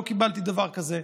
לא קיבלתי דבר כזה,